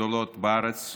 הגדולות בארץ ובעולם,